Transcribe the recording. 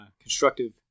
constructive